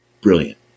brilliant